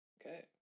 Okay